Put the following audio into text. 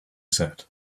said